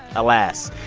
alas.